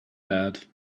bad